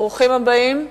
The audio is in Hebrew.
ברוכים הבאים.